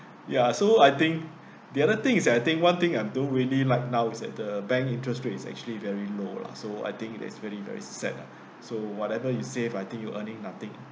ya so I think the other thing is that I think one thing I don't really like now is at the bank interest rate is actually very low lah so I think that is very very sad ah so whatever you save I think you earning nothing